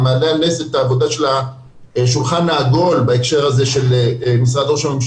אני מעלה על נס את העבודה של השולחן העגול בהקשר הזה של משרד רוה"מ,